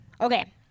Okay